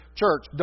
church